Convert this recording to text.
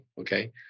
okay